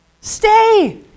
stay